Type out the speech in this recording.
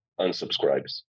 unsubscribes